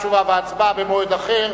תשובה והצבעה במועד אחר.